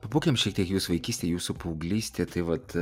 pabūkim šiek tiek jūsų vaikystėj jūsų paauglystė tai vat